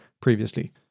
previously